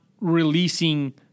releasing